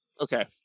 Okay